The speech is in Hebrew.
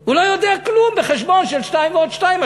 הוא לא יודע כלום בחשבון של שתיים ועוד שתיים,